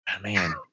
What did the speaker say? man